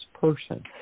person